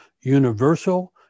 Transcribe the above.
universal